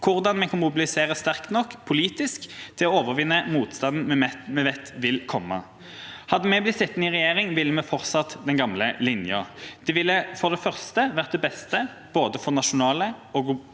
hvordan vi kan mobilisere sterkt nok, politisk, til å overvinne motstanden vi vet vil komme. Hadde vi blitt sittende i regjering, ville vi ha fortsatt den gamle linja. Det ville for det første vært til beste både for nasjonal og global